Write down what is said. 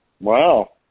Wow